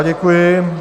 Děkuji.